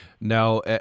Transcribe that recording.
Now